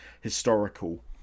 historical